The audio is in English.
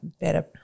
better